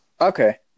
Okay